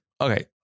Okay